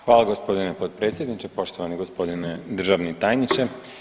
Hvala gospodine potpredsjedniče, poštovani gospodine državni tajniče.